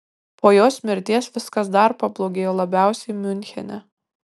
po jos mirties viskas dar pablogėjo labiausiai miunchene